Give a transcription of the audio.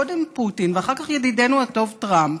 קודם פוטין ואחר כך ידידנו הטוב טראמפ,